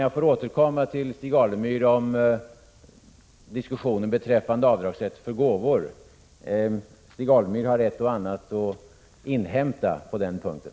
Jag får återkomma till Stig Alemyr beträffande diskussionen om rätten till avdrag för gåvor. Stig Alemyr har ett och annat att inhämta på den punkten.